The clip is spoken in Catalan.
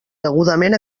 degudament